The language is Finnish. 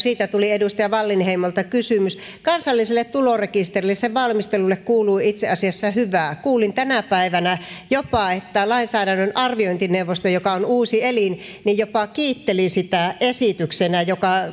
siitä tuli edustaja wallinheimolta kysymys kansalliselle tulorekisterille sen valmistelulle kuuluu itse asiassa hyvää kuulin tänä päivänä jopa että lainsäädännön arviointineuvosto joka on uusi elin jopa kiitteli sitä esityksenä ja